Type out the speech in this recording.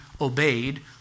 obeyed